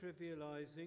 trivializing